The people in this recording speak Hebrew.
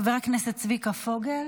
חבר הכנסת צביקה פוגל,